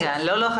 לא.